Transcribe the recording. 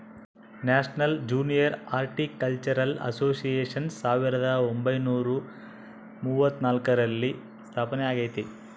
national junior horticultural association ಸಾವಿರದ ಒಂಬೈನುರ ಮೂವತ್ನಾಲ್ಕರಲ್ಲಿ ಸ್ಥಾಪನೆಯಾಗೆತೆ